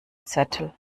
zettel